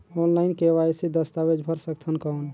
Online KYC दस्तावेज भर सकथन कौन?